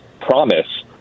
promise